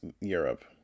Europe